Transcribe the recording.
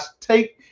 take